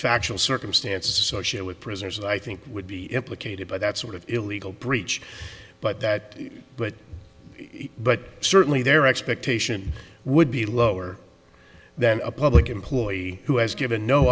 factual circumstances associate with prisoners i think would be implicated by that sort of illegal breach but that but but certainly their expectation would be lower than a public employee who has given no